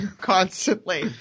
constantly